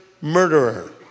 murderer